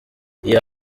iyo